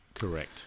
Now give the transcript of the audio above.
Correct